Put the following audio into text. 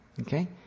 Okay